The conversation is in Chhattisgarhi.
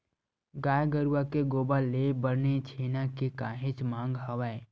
गाय गरुवा के गोबर ले बने छेना के काहेच मांग हवय